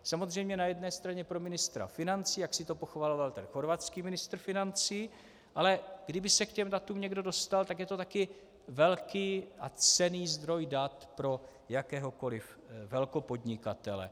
Samozřejmě na jedné straně pro ministra financí, jak si to pochvaloval ten chorvatský ministr financí, ale kdyby se k těm datům někdo dostal, tak je to také velký a cenný zdroj dat pro jakéhokoliv velkopodnikatele.